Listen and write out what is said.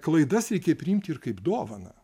klaidas reikia priimti ir kaip dovaną